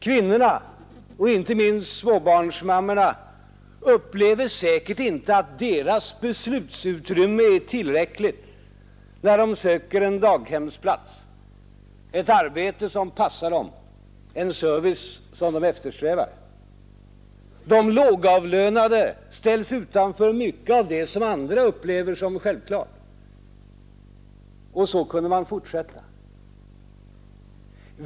Kvinnorna — och inte minst småbarnsmammorna — upplever säkert inte att deras beslutsutrymme är tillräckligt när de söker en daghemsplats, ett arbete som passar dem, en service som de eftersträvar. De lågavlönade ställs utanför mycket av det som andra upplever som självklart. Så kunde man fortsätta.